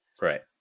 Right